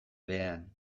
behean